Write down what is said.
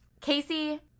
Casey